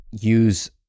use